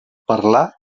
parlar